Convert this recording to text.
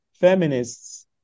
feminists